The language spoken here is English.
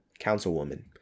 Councilwoman